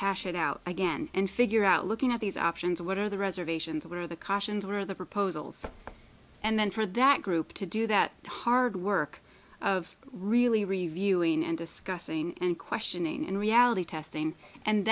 hash it out again and figure out looking at these options what are the reservations where are the cautions where are the proposals and then for that group to do that hard work of really reviewing and discussing and questioning and reality testing and